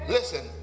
Listen